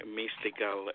mystical